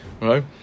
right